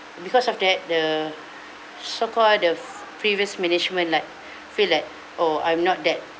because of that the so called the previous management like feel that oh I'm not that